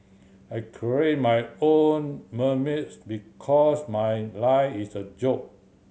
I create my own memes because my life is a joke